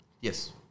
Yes